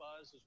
buzz